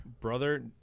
brother